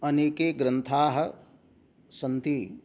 अनेके ग्रन्थाः सन्ति